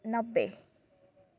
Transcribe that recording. ନବେ